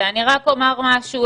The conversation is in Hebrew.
אני רק אומר משהו,